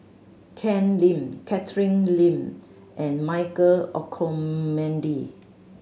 Ken Lim Catherine Lim and Michael Olcomendy